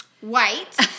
white